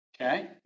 Okay